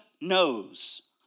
knows